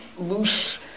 loose